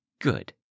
Good